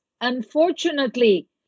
Unfortunately